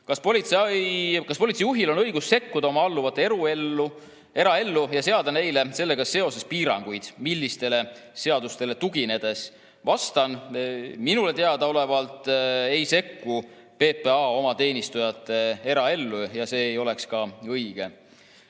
"Kas politseijuhil on õigus sekkuda oma alluvate eraellu ja seada neile sellega seoses piiranguid? Millisele seadusele tuginedes?" Vastan. Minule teadaolevalt ei sekku PPA oma teenistujate eraellu ja see ei oleks ka õige.